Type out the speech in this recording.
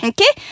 Okay